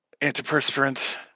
Antiperspirant